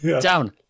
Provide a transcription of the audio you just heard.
down